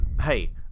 hey